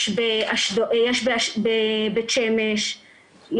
יש בבית שמש,